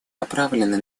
направлены